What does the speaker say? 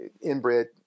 inbred